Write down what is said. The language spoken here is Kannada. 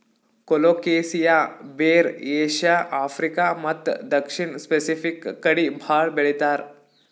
ಕೊಲೊಕೆಸಿಯಾ ಬೇರ್ ಏಷ್ಯಾ, ಆಫ್ರಿಕಾ ಮತ್ತ್ ದಕ್ಷಿಣ್ ಸ್ಪೆಸಿಫಿಕ್ ಕಡಿ ಭಾಳ್ ಬೆಳಿತಾರ್